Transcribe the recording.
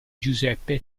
giuseppe